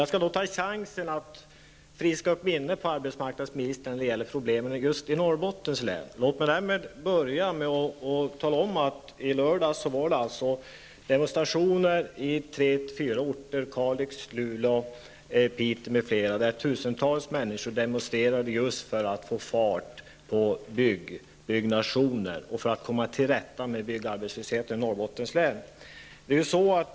Jag skall därför ta chansen att friska upp minnet hos arbetsmarknadsministern när det gäller problemen just i Norrbottens län. I lördags var det alltså demonstrationer på flera orter, i bl.a. Kalix, Luleå och Piteå, där tusentals människor demonstrerade just för att få fart på byggnationer och för att komma till rätta med byggarbetslösheten i Norrbottens län.